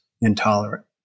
intolerant